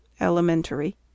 Elementary